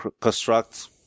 construct